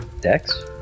dex